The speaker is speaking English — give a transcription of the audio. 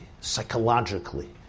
psychologically